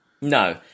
no